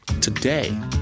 Today